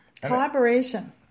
Collaboration